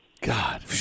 God